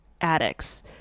addicts